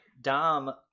Dom